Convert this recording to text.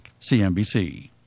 CNBC